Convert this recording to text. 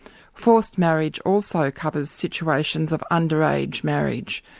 forced marriage also covers situations of under-age marriage,